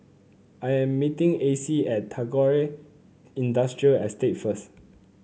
I am meeting Acey at Tagore Industrial Estate first